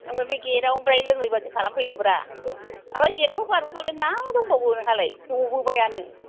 ओमफ्राय बे गेट आव लोङैबायदि खालामफैदोब्रा ओमफ्राय गेट खौ बारबोबालाय मा दंबावो नोंहालाय गबोबायानो